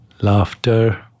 Laughter